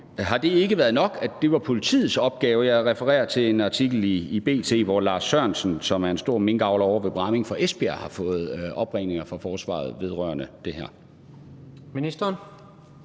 Har det ikke været nok, at det var politiets opgave? Jeg refererer til en artikel i B.T., hvor Lars Sørensen, som er en stor minkavler ovre fra Bramming ved Esbjerg, har fået opringninger fra forsvaret vedrørende det her. Kl.